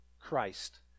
Christ